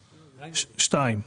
(2)